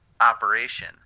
operation